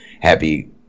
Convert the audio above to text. happy